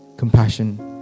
compassion